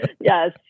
Yes